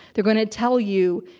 they're going to tell you,